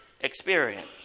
experience